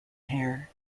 hair